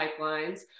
pipelines